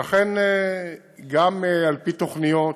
ואכן, גם על פי תוכניות,